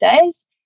days